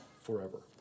forever